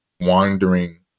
wandering